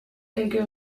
quelques